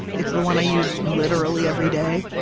it's the one i use literally every day,